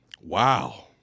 Wow